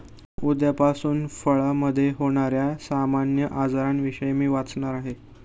उद्यापासून फळामधे होण्याऱ्या सामान्य आजारांविषयी मी वाचणार आहे